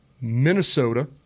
Minnesota